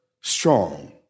strong